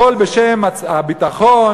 הכול בשם הביטחון,